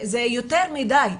זה יותר מדי.